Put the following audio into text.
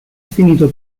finito